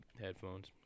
headphones